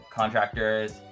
contractors